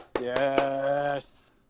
Yes